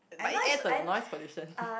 but it end to the noise pollution